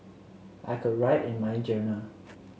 I could write in my journal